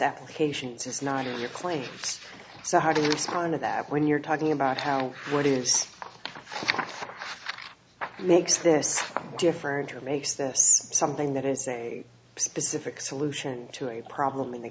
applications is not your claim so how do you respond to that when you're talking about how what is makes this different or makes this something that is a specific solution to a problem in the